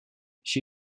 she